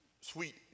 sweet